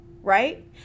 right